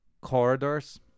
corridors